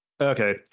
Okay